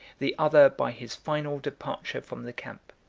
the other by his final departure from the camp.